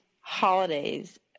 holidays